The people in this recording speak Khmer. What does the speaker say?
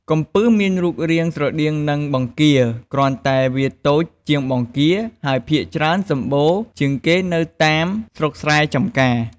កំពឹសមានរូបរាងស្រដៀងទៅនឹងបង្គា គ្រាន់តែវាតូចជាងបង្គាហើយភាគច្រើនសំបូរជាងគេនៅតាមស្រុកស្រែចម្ការ។